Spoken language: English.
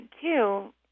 two